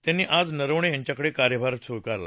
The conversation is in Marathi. त्यांनी आज नरवणे यांच्याकडे कार्यभार दिला